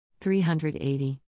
380